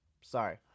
Sorry